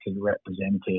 represented